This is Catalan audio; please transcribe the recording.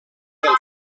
del